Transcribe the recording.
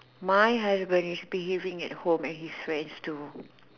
my husband is behaving at home and he swears too